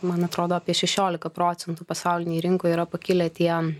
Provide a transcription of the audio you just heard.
man atrodo apie šešiolika procentų pasaulinėj rinkoj yra pakilę tie